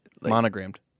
Monogrammed